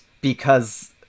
because-